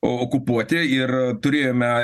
okupuoti ir turėjome